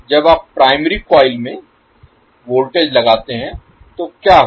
जब आप primary coil में वोल्टेज लगाते हैं तो क्या होगा